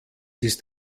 ist